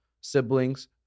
Siblings